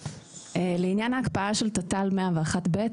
לעניין ההקפאה של תת"ל 101 ב',